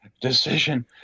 decision